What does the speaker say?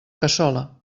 cassola